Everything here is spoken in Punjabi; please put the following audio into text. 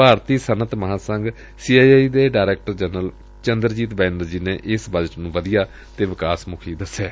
ਭਾਰਤੀ ਸੱਨਅਤ ਮਹਾਂਸੰਘ ਸੀ ਆਈ ਆਈ ਦੇ ਡਾਇਰੈਕਟਰ ਜਨਰਲ ਚੰਦਰਜੀਤ ਬੈਨਰਜੀ ਨੇ ਇਸ ਬਜਟ ਨੂੰ ਵਧੀਆ ਅਤੇ ਵਿਕਾਸ ਮੁਖੀ ਦਸਿਐ